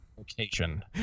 Location